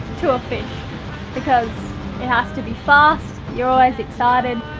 to a fish because it has to be fast, you're always excited,